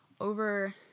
over